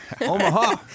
Omaha